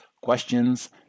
Questions